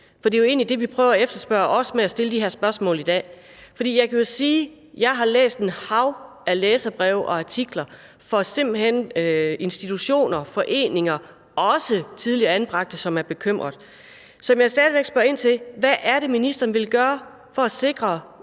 Og det er jo egentlig det, vi prøver at efterspørge ved at stille de her spørgsmål i dag. Jeg kan jo sige, at jeg har læst et hav af læserbreve og artikler fra institutioner, foreninger og også tidligere anbragte, som er bekymrede. Så jeg vil stadig væk spørge ind til, hvad det er, ministeren vil gøre for at sikre